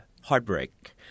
heartbreak